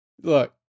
Look